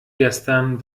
gestern